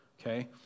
okay